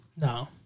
No